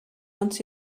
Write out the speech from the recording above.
wants